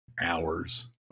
hours